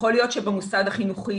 יכול להיות שבמוסד החינוכי